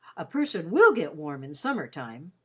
a person will get warm in summer time.